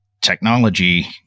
technology